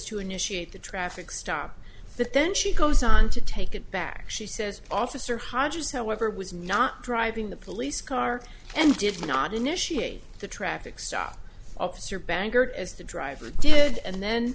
to initiate the traffic stop that then she goes on to take it back she says officer hodges however was not driving the police car and did not initiate the traffic stop officer bangor as the driver did and then